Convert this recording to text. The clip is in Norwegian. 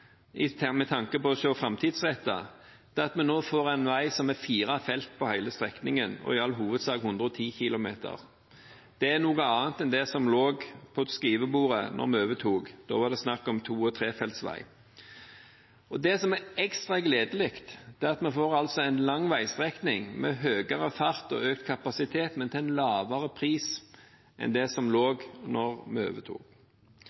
så viktig med tanke på å se framtidsrettet, er at vi nå får en vei som er fire felt på hele strekningen og i all hovedsak 110 km/t. Det er noe annet enn det som lå på skrivebordet da vi overtok. Da var det snakk om to- og trefeltsvei. Det som er ekstra gledelig, er at vi får en lang veistrekning med høyere fart og kapasitet, men til en lavere pris enn det som forelå da vi overtok.